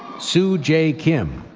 sue j. kim.